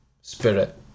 spirit